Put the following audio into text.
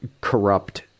corrupt